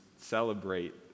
celebrate